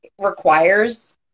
requires